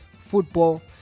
football